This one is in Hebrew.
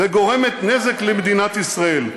וגורמת נזק למדינת ישראל".